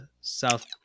South